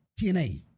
TNA